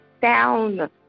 sound